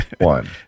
one